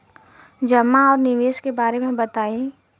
जमा और निवेश के बारे मे बतायी?